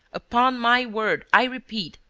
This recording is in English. upon my word, i repeat,